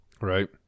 Right